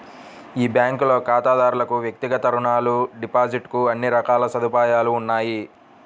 ఈ బ్యాంకులో ఖాతాదారులకు వ్యక్తిగత రుణాలు, డిపాజిట్ కు అన్ని రకాల సదుపాయాలు ఉన్నాయి